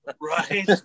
right